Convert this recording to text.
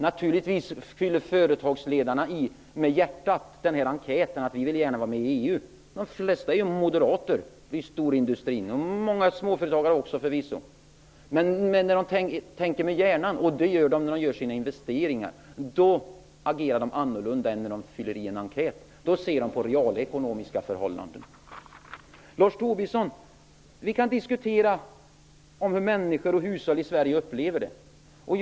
Naturligtvis fyller företagsledarna i med hjärtat när de svarar på enkäten att de gärna vill vara med i EU. De flesta är ju moderater i storindustrin och många småföretagare också, förvisso. Men när de tänker med hjärnan, och det gör de när de gör sina investeringar, då agerar de annorlunda än när de fyller i en enkät. Då ser de på realekonomiska förhållanden. Lars Tobisson, vi kan diskutera hur människor och hushåll i Sverige upplever situationen.